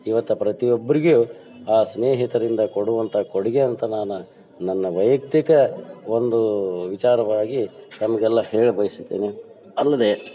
ಇವತ್ತು ಪ್ರತಿಯೊಬ್ರಿಗೆಯು ಆ ಸ್ನೇಹಿತರಿಂದ ಕೊಡುವಂಥ ಕೊಡುಗೆ ಅಂತ ನಾನು ನನ್ನ ವೈಯಕ್ತಿಕ ಒಂದು ವಿಚಾರವಾಗಿ ತಮಗೆಲ್ಲ ಹೇಳ ಬಯಸುತ್ತೇನೆ ಅಲ್ಲದೆ